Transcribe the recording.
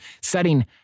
setting